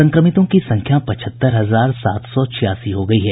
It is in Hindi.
संक्रमितों की संख्या पचहत्तर हजार सात सौ छियासी हो गयी है